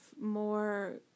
more